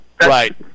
right